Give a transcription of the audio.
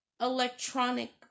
Electronic